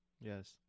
Yes